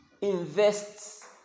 invests